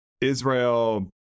Israel